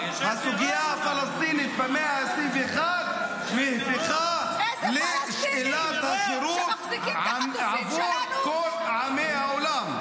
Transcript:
הסוגיה הפלסטינית במאה ה-21 נהפכה לשאלת החירות עבור כל עמי העולם.